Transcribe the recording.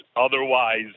Otherwise